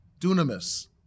Dunamis